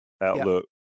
outlook